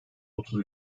otuz